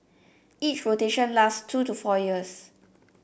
each rotation lasts two to four years